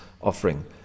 offering